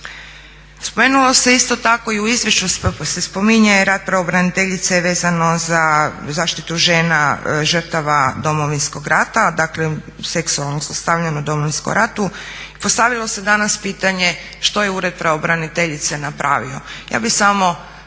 Spomenulo se isto tako i u izvješću se spominje rad pravobraniteljice vezano za zaštitu žena žrtava Domovinskog rata, dakle seksualnog zlostavljanja u Domovinskom ratu. Postavilo se danas pitanje što je Ured pravobraniteljice napravio? Ja bih samo